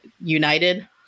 united